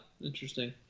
interesting